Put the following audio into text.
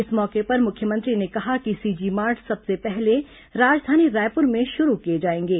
इस मौके पर मुख्यमंत्री ने कहा कि सीजी मार्ट सबसे पहले राजधानी रायपुर में शुरू किए जाएंगे